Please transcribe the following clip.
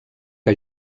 que